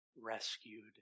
rescued